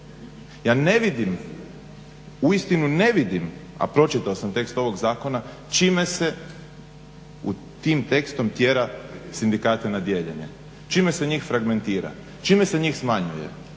Ja ne vidim, uistinu ne vidim, a pročitao sam tekst ovog zakona, čime se tim tekstom tjera sindikate na dijeljenje, čime se njih fragmentira, čime se njih smanjuje.